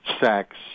sex